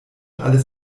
alles